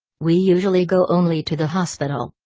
we usually go only to the hospital.